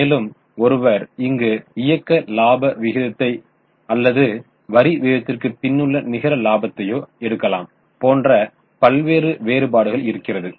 மேலும் ஒருவர் இங்கு இயக்க இலாப விகிதத்தை அல்லது வரி விகிதத்திற்கு பின்னுள்ள நிகர இலாபத்தையோ எடுக்கலாம் போன்ற பல்வேறு வேறுபாடுகள் இருக்கிறது